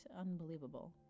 unbelievable